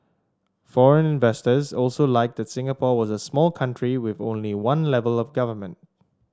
foreign investors also liked that Singapore was a small country with only one level of government